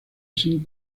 sin